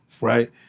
right